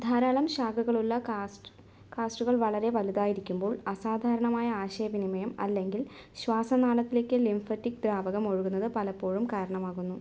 ധാരാളം ശാഖകളുള്ള കാസ്റ്റ് കാസ്റ്റുകൾ വളരെ വലുതായിരിക്കുമ്പോൾ അസാധാരണമായ ആശയവിനിമയം അല്ലെങ്കിൽ ശ്വാസനാളത്തിലേക്ക് ലിംഫറ്റിക് ദ്രാവകം ഒഴുകുന്നത് പലപ്പോഴും കാരണമാകുന്നു